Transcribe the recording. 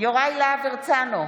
יוראי להב הרצנו,